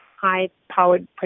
high-powered